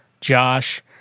Josh